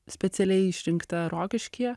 specialiai išrinkta rokiškyje